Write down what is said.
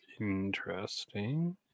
interesting